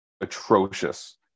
atrocious